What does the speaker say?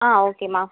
ஆ ஓகேம்மா